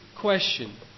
question